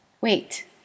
Wait